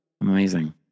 Amazing